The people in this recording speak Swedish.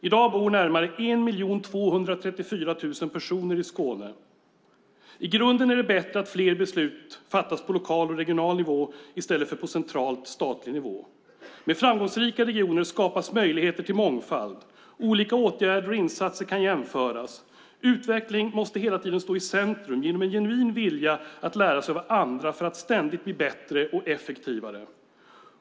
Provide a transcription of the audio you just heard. I dag bor närmare 1 234 000 personer i Skåne. I grunden är det bättre att fler beslut fattas på lokal och regional nivå i stället för på central statlig nivå. Men framgångsrika regioner skapas möjligheter till mångfald. Olika åtgärder och insatser kan jämföras. Utveckling måste hela tiden stå i centrum genom genuin vilja att lära sig av andra för att ständigt bli bättre och effektivare.